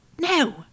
No